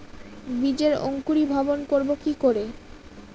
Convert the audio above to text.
বীজের অঙ্কুরিভবন করব কি করে?